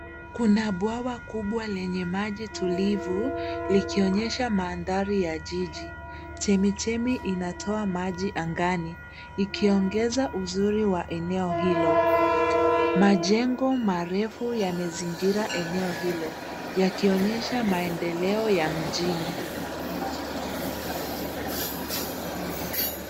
Kuna bwawa kubwa lenye maji tulivu likionyesha mandhari ya jiji. Chemi chemi inatoa maji angani ikiongeza uzuri wa eneo hilo. Majengo marefu yamezingira eneo hilo yakionyesha maendeleo ya mjini.